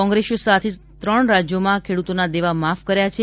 કોંગ્રેસ શાસિત ત્રણ રાજ્યોમાં ખેડૂતોના દેવા માફ કર્યા છે